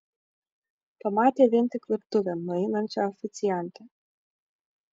pamatė vien tik virtuvėn nueinančią oficiantę